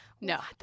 no